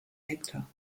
hektar